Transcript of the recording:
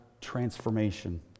transformation